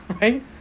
Right